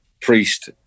priest